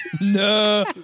No